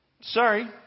Sorry